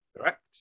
Correct